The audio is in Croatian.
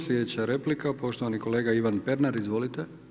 Sljedeća replika, poštovani kolega Ivan Pernar, izvolite.